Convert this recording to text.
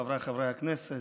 חבריי חברי הכנסת,